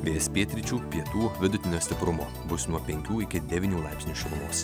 vėjas pietryčių pietų vidutinio stiprumo bus nuo penkių iki devynių laipsnių šilumos